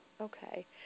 Okay